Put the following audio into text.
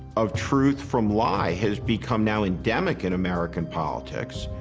of truth from lie, has become now endemic in american politics.